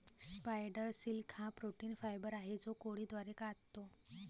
spider silk हा protein fibre आहे जो कोळी द्वारे काततो